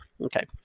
Okay